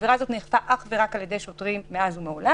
העברה הזאת נאכפה אך ורק על ידי שוטרים מאז ומעולם.